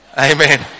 Amen